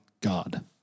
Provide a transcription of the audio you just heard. God